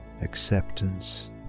acceptance